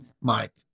Mike